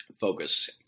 Focus